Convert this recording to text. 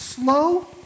Slow